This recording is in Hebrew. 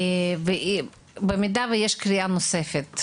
ואם יש קריאה נוספת,